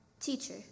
Teacher